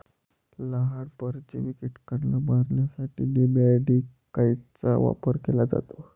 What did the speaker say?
लहान, परजीवी कीटकांना मारण्यासाठी नेमॅटिकाइड्सचा वापर केला जातो